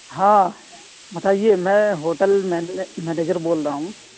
ہاں بتائیے میں ہوٹل مینجر بول رہا ہوں